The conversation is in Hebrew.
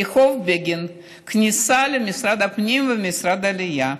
רחוב בגין, הכניסה למשרד הפנים ומשרד העלייה,